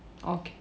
okay